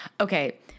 Okay